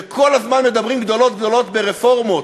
שכל הזמן מדברים עליהם גדולות-גדולות ברפורמות.